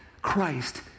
Christ